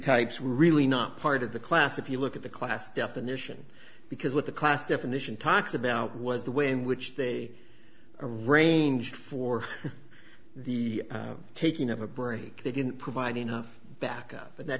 types were really not part of the class if you look at the class definition because what the class definition talks about was the way in which they arranged for the taking of a break they didn't provide enough backup but that